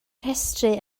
rhestru